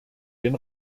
den